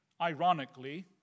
ironically